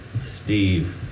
Steve